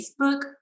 Facebook